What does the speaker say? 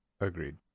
agreed